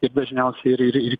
ir dažniausiai ir ir ir